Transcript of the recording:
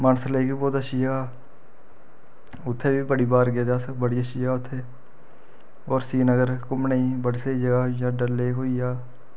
Mansar lake बी बोह्त अच्छी जगह् उत्थें बी बड़ी बार गेदे अस उत्थें बी बड़ी अच्छी जगह् उत्थें होर श्रीनगर घूमने दी बड़ी स्हेई जगह् जियां डल लेक होई गेआ